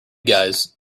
guys